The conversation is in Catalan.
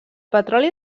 petroli